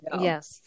Yes